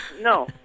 No